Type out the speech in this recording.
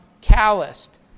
calloused